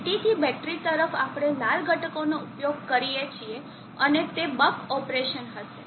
CT થી battery તરફ આપણે લાલ ઘટકોનો ઉપયોગ કરીએ છીએ અને તે બક ઓપરેશન હશે